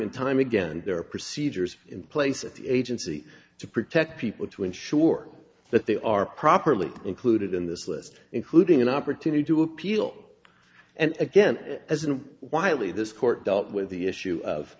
and time again there are procedures in place at the agency to protect people to ensure that they are properly included in this list including an opportunity to appeal and again as an wiley this court dealt with the issue of